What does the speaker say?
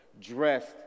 dressed